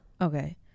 okay